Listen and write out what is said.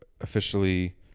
officially